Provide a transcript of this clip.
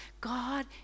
God